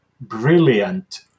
brilliant